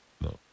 No